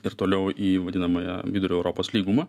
ir toliau į vadinamąją vidurio europos lygumą